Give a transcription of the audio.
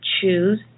choose